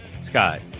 Scott